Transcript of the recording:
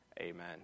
Amen